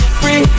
free